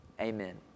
Amen